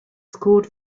scored